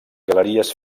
galeries